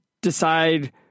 decide